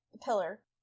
pillar